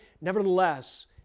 Nevertheless